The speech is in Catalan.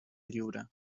lliure